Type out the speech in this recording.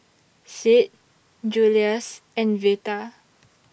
Sid Julious and Veta